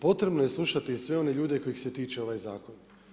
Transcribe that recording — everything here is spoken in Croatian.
Potrebno je slušati sve one ljude kojih se tiče ovaj zakon.